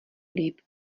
líp